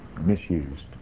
misused